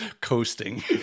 coasting